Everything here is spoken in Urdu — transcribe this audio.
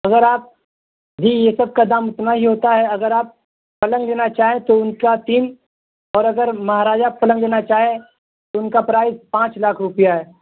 اگر آپ جی یہ سب کا دام اتنا ہی ہوتا ہے اگر آپ پلنگ لینا چاہیں تو ان کا تین اور اگر مہاراجا پلنگ لینا چاہیں تو ان کا پرائز پانچ لاکھ روپیہ ہے